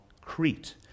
Crete